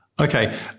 Okay